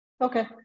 Okay